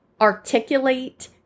Articulate